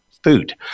food